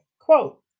quote